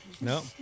No